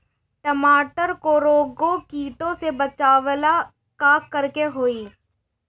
टमाटर को रोग कीटो से बचावेला का करेके होई?